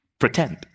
pretend